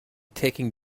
taking